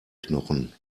knochen